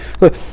Look